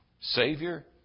Savior